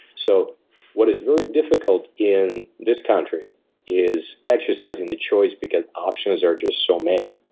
so what is very difficult in this country is exercising the choice, because options are just so many.